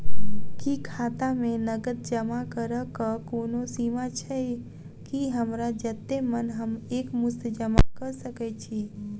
की खाता मे नगद जमा करऽ कऽ कोनो सीमा छई, की हमरा जत्ते मन हम एक मुस्त जमा कऽ सकय छी?